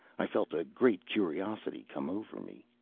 i felt a great curiosity come over me.